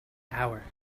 hour